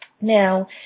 now